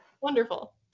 wonderful